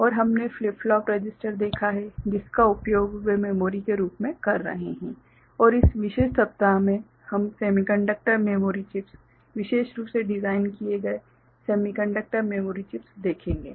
और हमने flip flop register देखा है जिसका उपयोग वे मेमोरी के रूप में कर रहे हैं और इस विशेष सप्ताह में हम सेमीकंडक्टर मेमोरी चिप्स विशेष रूप से डिज़ाइन किए गए सेमीकंडक्टर मेमोरी चिप्स देखेंगे